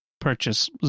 purchase